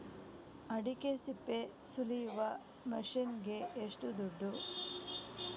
ಅಡಿಕೆ ಸಿಪ್ಪೆ ಸುಲಿಯುವ ಮಷೀನ್ ಗೆ ಏಷ್ಟು ದುಡ್ಡು?